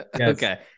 Okay